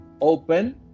open